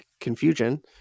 confusion